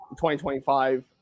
2025